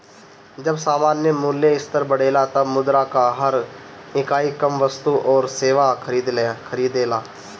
जब सामान्य मूल्य स्तर बढ़ेला तब मुद्रा कअ हर इकाई कम वस्तु अउरी सेवा खरीदेला